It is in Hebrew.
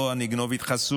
אגנוב איתך סוס.